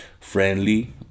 friendly